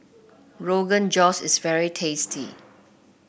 Rogan Josh is very tasty